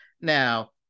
Now